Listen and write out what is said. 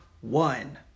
one